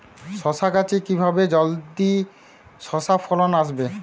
শশা গাছে কিভাবে জলদি শশা ফলন আসবে?